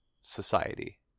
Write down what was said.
society